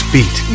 Beat